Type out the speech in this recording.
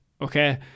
okay